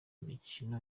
mikino